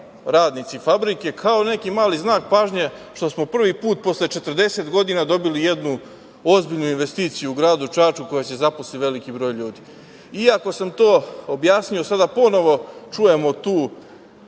radnici fabrike, kao neki mali znak pažnje što smo prvi put posle 40 godina dobili jednu ozbiljnu investiciju u gradu Čačku i gde se zaposlio veliki broj ljudi. Iako sam to objasnio, sada ponovo čujemo tu